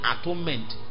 atonement